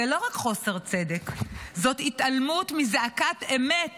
זה לא רק חוסר צדק, זאת התעלמות מזעקת אמת